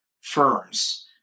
firms